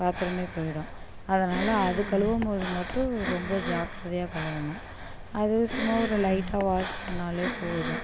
பாத்திரமே போய்விடும் அதனால் அது கழுவும்போது மட்டும் ரொம்ப ஜாக்கிரதையாக கழுவணும் அது சும்மா ஒரு லைட்டாக வாஷ் பண்ணாலே போதும்